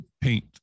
paint